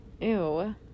Ew